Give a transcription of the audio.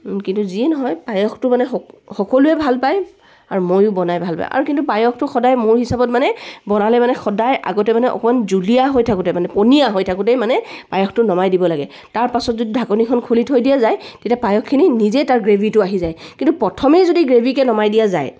কিন্তু যিয়ে নহয় পায়সটো মানে সকলোৱে ভাল পায় আৰু ময়ো বনাই ভাল পাওঁ আৰু কিন্তু পায়সটো সদায় মোৰ হিচাপত মানে বনালে মানে সদায় আগতে মানে অকণমান সদায় জুলীয়া হৈ থাকোঁতে মানে পনীয়া হৈ থাকোঁতেই মানে পায়সটো নমাই দিব লাগে তাৰ পাছত যদি ঢাকনীখন খুলি থৈ দিয়া যায় তেতিয়া পায়সখিনি নিজে তাৰ গ্ৰেভিটো আহি যায় কিন্তু প্ৰথমেই যদি গ্ৰেভিকৈ নমাই দিয়া যায়